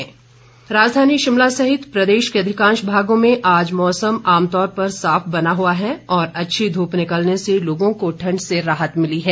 मौसम राजधानी शिमला सहित प्रदेश के अधिकांश भागों में आज मौसम आमतौर पर साफ बना हुआ है और अच्छी धूप निकलने से लोगों ठंड से राहत मिली है